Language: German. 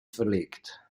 verlegt